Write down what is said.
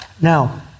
Now